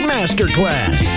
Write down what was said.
Masterclass